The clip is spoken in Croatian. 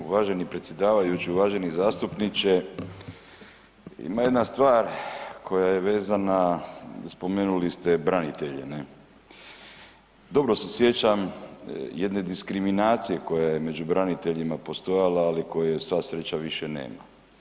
Uvaženi predsjedavajući, uvaženi zastupniče ima jedna stvar koja je vezana, spomenuli ste branitelje ne, dobro se sjećam jedne diskriminacije koja je među braniteljima postojala ali koje sva sreća više nema.